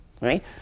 right